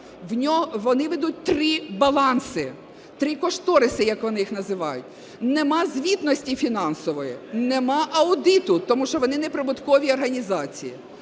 Вони ведуть три баланси, три кошториси, як вони їх називають. Немає звітності фінансової, немає аудиту, тому що вони неприбуткові організації.